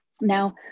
Now